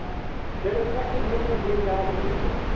that affected more than three thousand people.